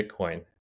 Bitcoin